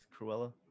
Cruella